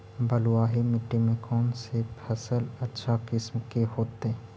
बलुआही मिट्टी में कौन से फसल अच्छा किस्म के होतै?